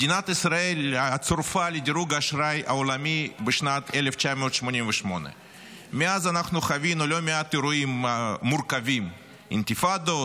מדינת ישראל צורפה לדירוג האשראי העולמי בשנת 1988. מאז אנחנו חווינו לא מעט אירועים מורכבים: אינתיפאדות,